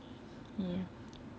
ya